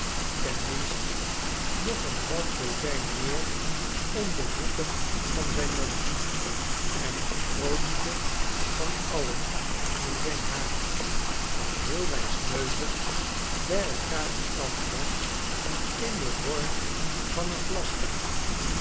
minste nog een half dozijn meer om de hoeken van zijn mond en het grootste van alien in zijn haar dat heel wijsneuzig bij elkaar gekamd was in den vorm van een